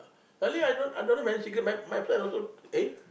early I don't I don't have any cigarettes my my friend also eh